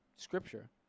Scripture